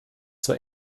zur